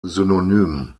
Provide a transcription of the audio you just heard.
synonym